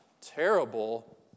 terrible